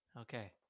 Okay